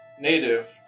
native